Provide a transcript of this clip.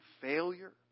failure